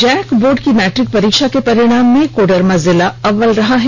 Jack board की मैट्रिक परीक्षा के परिणाम में कोडरमा जिला अव्वल रहा है